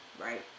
right